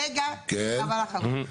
רגע, דבר אחרון.